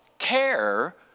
care